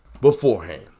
beforehand